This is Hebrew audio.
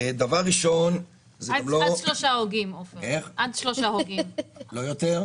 דבר ראשון --- עד שלושה הוגים, לא יותר.